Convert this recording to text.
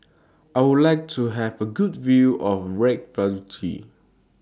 I Would like to Have A Good View of Reykjavik